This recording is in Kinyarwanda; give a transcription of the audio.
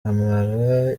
amara